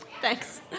Thanks